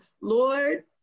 Lord